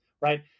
right